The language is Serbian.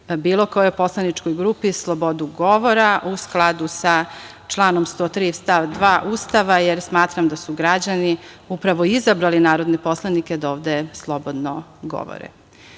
bilo kojoj poslaničkoj grupi, slobodu govora, u skladu sa članom 103. stav 2. Ustava, jer smatram da su građani upravo izabrali narodne poslanike da ovde slobodno govore. Da